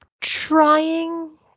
trying